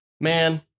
man